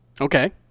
Okay